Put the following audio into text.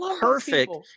perfect